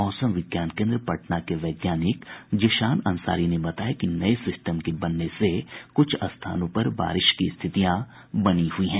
मौसम विज्ञान केन्द्र पटना के वैज्ञानिक जीशान अंसारी ने बताया कि नये सिस्टम के बनने से कुछ स्थानों पर बारिश की स्थितियां बनी हुई हैं